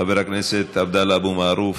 חבר הכנסת עבדאללה אבו מערוף,